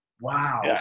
Wow